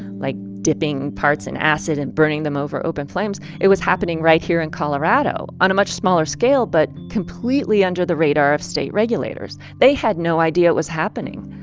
like dipping parts in acid and burning them over open flames, it was happening right here in colorado on a much smaller scale but completely under the radar of state regulators. they had no idea it was happening.